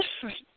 different